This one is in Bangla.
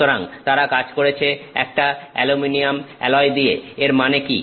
সুতরাং তারা কাজ করেছে একটা অ্যালুমিনিয়াম অ্যালয় দিয়ে এর মানে কি